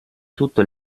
tutto